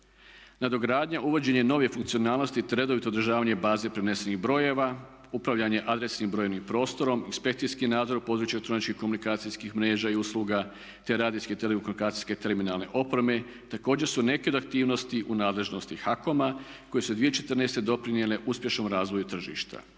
Nadogradnja, uvođenje nove funkcionalnosti te redovito održavanje baze prenesenih brojeva, upravljanje adresivnim brojnim prostorom, inspekcijski nadzor u području elektroničkih komunikacijskih mreža i usluga te radijske i telekomunikacijske terminalne opreme također su neke od aktivnosti u nadležnosti HAKOM-a koje su 2014. doprinijele uspješnom razvoju tržišta.